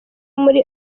muri